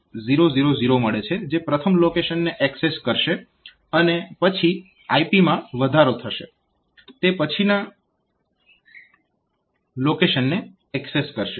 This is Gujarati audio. તો તમને 01000 મળે છે જે પ્રથમ લોકેશનને એક્સેસ કરશે અને પછી IP માં વધારો થશે તે પછીના લોકેશનને એક્સેસ કરશે